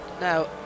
now